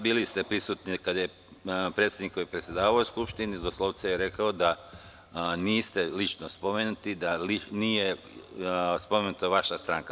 Bili ste prisutni kada je predsednik predsedavao Skupštinom i doslovce je rekao da niste lično spomenuti i da nije spomenuta vaša stranka.